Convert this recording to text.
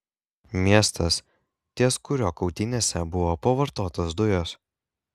miestas ties kuriuo kautynėse buvo pavartotos dujos